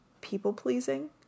people-pleasing